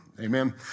amen